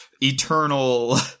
eternal